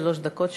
שלוש דקות שלך.